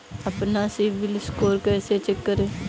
अपना सिबिल स्कोर कैसे चेक करें?